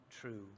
true